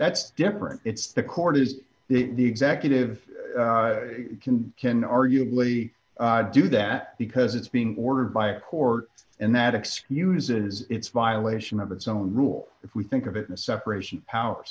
that's different it's the court is it the executive can can arguably do that because it's being ordered by a court and that excuses its violation of its own rule if we think of it in a separation of power